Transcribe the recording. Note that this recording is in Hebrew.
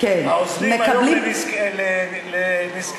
העוזרים היום לנזקקים,